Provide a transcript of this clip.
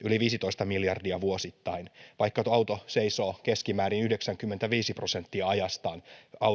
yli viisitoista miljardia vuosittain vaikka auto seisoo keskimäärin yhdeksänkymmentäviisi prosenttia ajastaan